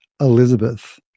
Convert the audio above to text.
Elizabeth